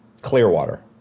Clearwater